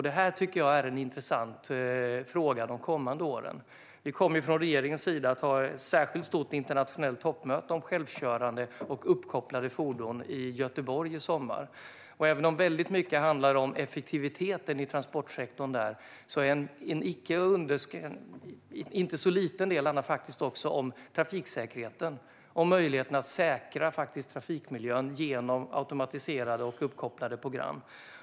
Detta tycker jag är en intressant fråga de kommande åren. Vi kommer från regeringens sida att ha ett särskilt stort internationellt toppmöte om självkörande och uppkopplade fordon i Göteborg i sommar. Även om mycket där handlar om effektiviteten i transportsektorn handlar en inte så liten del också om trafiksäkerheten. Det handlar om möjligheten att säkra trafikmiljön genom automatiserade och uppkopplade program.